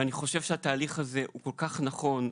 אני חושב שהתהליך הזה הוא כל כך נכון,